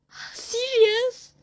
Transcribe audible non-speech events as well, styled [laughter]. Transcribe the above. [noise] serious